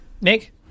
Nick